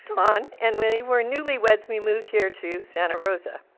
don, and when we were newlyweds we moved here to santa rosa.